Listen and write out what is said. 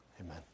Amen